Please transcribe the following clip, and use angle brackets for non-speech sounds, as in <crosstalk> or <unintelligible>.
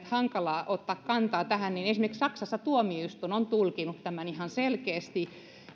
<unintelligible> hankalaa ottaa kantaa tähän tuomioistuin on tulkinnut tämän ihan selkeästi